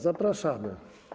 Zapraszam.